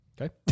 Okay